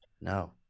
No